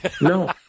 no